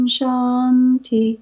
Shanti